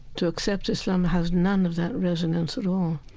to accept islam, has none of that resonance at all